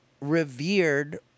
revered